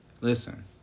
Listen